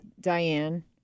Diane